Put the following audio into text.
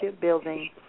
building